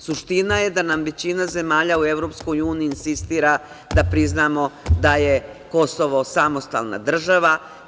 Suština je da nam većina zemlja u EU insistira da priznamo da je Kosovo samostalna država.